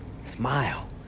Smile